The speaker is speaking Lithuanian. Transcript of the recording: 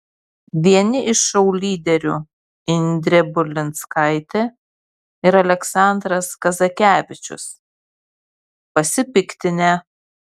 vieni iš šou lyderių indrė burlinskaitė ir aleksandras kazakevičius pasipiktinę